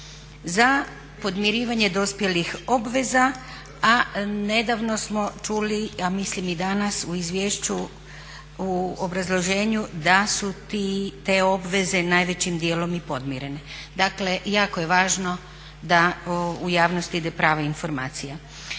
za podmirivanje dospjelih obveza, a nedavno smo čuli, a mislim i danas u izvješću u obrazloženju da su te obveze najvećim dijelom i podmirene. Dakle, jako je važno da u javnost ide prava informacija.